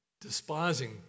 despising